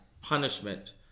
punishment